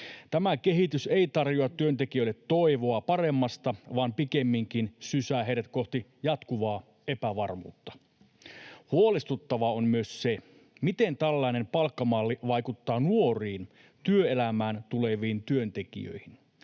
Tämä kehitys ei tarjoa työntekijöille toivoa paremmasta, vaan pikemminkin sysää heidät kohti jatkuvaa epävarmuutta. Huolestuttavaa on myös se, miten tällainen palkkamalli vaikuttaa nuoriin, työelämään tuleviin työntekijöihin.